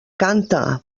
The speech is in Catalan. canta